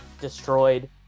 destroyed